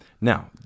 Now